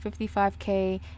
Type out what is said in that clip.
55k